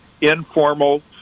informal